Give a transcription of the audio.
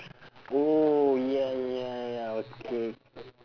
oh ya ya ya okay